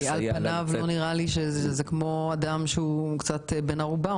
על פניו זה נשמע כמו אדם שהוא בן ערובה.